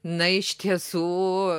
na iš tiesų